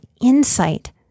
insight